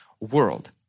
world